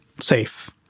safe